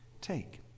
Take